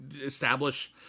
establish